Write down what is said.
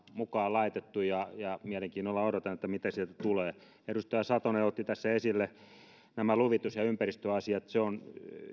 mukaan laitettu ja ja mielenkiinnolla odotan mitä sieltä tulee edustaja satonen otti tässä esille nämä luvitus ja ympäristöasiat se on